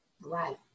Right